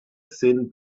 thin